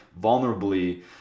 vulnerably